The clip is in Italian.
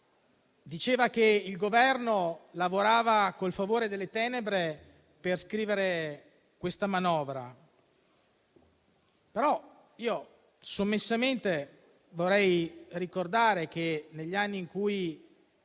diceva che il Governo lavorava col favore delle tenebre per scrivere questa manovra. Però io, sommessamente, vorrei ricordare che negli anni in cui